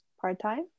part-time